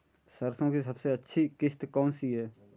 सरसो की सबसे अच्छी किश्त कौन सी है?